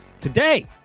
Today